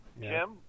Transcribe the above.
Jim